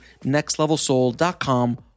nextlevelsoul.com